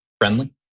friendly